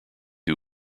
who